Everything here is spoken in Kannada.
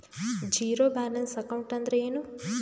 ಝೀರೋ ಬ್ಯಾಲೆನ್ಸ್ ಅಕೌಂಟ್ ಅಂದ್ರ ಏನು?